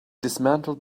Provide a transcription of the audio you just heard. dismantled